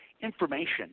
information